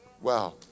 Wow